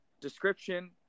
description